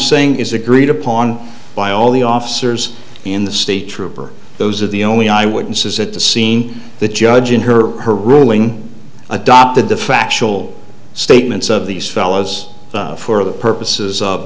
saying is agreed upon by all the officers in the state trooper those are the only i wouldn't says at the scene the judge in her her ruling adopted the factual statements of these fellows for the purposes of